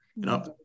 No